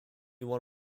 one